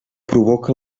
provoca